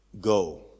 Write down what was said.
go